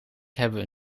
hebben